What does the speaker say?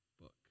book